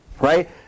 right